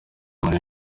muri